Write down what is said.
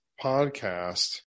podcast